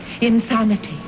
Insanity